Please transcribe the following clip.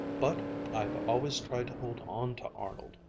but i've always tried to hold on to arnold.